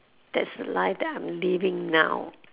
that's the life that I'm living now